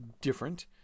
different